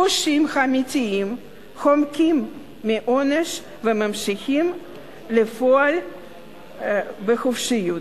הפושעים האמיתיים חומקים מעונש וממשיכים לפעול בחופשיות.